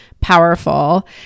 powerful